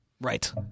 right